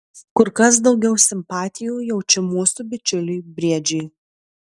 kur kas daugiau simpatijų jaučiu mūsų bičiuliui briedžiui